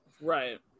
right